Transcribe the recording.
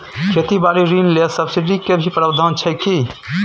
खेती बारी ऋण ले सब्सिडी के भी प्रावधान छै कि?